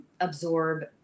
absorb